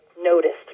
noticed